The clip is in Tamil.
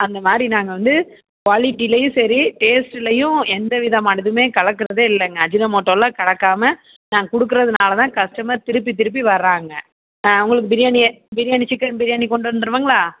அந்த மாதிரி நாங்கள் வந்து குவாலிட்டிலேயும் சரி டேஸ்ட்லேயும் எந்தவிதமானதுமே கலக்கிறதே இல்லைங்க அஜினோமோட்டோலாம் கலக்காமல் நாங்கள் கொடுக்குறதுனால தான் கஸ்டமர் திருப்பி திருப்பி வராங்க உங்களுக்கு பிரியாணி பிரியாணி சிக்கன் பிரியாணி கொண்டு வந்து தருவாங்களா